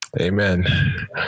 Amen